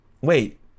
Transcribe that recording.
Wait